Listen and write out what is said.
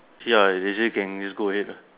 see how they say can just go ahead lah